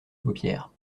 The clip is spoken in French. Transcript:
paupières